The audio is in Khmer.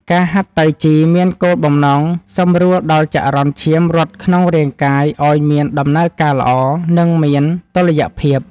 ការហាត់តៃជីមានគោលបំណងសម្រួលដល់ចរន្តឈាមរត់ក្នុងរាងកាយឱ្យមានដំណើរការល្អ និងមានតុល្យភាព។